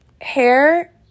hair